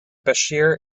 bashir